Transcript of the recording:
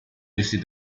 visit